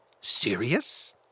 serious